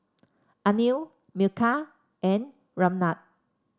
Anil Milkha and Ramnath